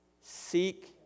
seek